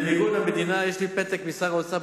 המדינה, יש לי פתק משר האוצר.